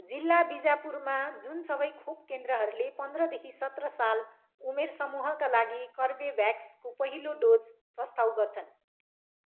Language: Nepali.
जिल्ला बिजापुरमा जुन सबै खोप केन्द्रहरूले पन्द्रदेखि सत्र साल उमेर समूहका लागि कर्बेभ्याक्सको पहिलो डोज प्रस्ताव गर्छन्